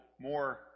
more